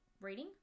reading